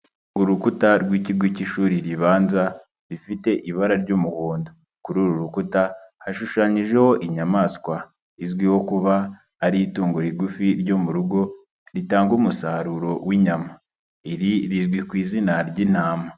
Urukuta rw'ikigo cy'ishuri ribanza, rifite ibara ry'umuhondo. Kuri uru rukuta, hashushanyijeho inyamaswa izwiho kuba ari itungo rigufi ryo mu rugo, ritanga umusaruro w'inyama. Iri rizwi ku izina ry'intama.